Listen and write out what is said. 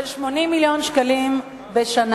של 80 מיליון שקלים בשנה.